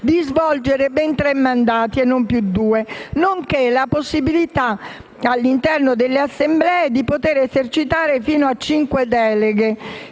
di svolgere tre mandati e non più due, nonché la possibilità all'interno delle assemblee elettive di poter esercitare fino a cinque deleghe